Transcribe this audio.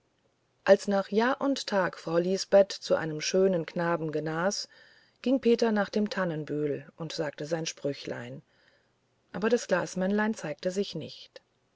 als nach jahr und tag frau lisbeth von einem schönen knaben genas ging peter nach dem tannenbühl und sagte sein sprüchlein aber das glasmännlein zeigte sich nicht